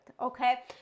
Okay